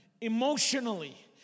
emotionally